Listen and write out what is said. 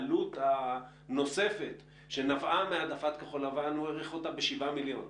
הוא העריך את העלות הנוספת שנבעה מכחול לבן ב-7 מיליון.